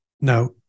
Now